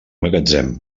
magatzem